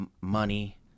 money